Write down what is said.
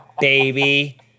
baby